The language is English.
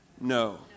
No